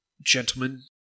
Gentlemen